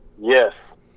Yes